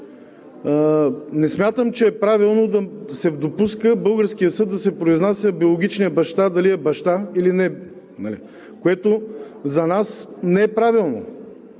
Не смятам, че е правилно да се допуска българският съд да се произнася за биологичния баща – дали е баща или не, нали?! Това за нас не е правилно.